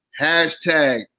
Hashtag